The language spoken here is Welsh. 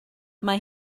mae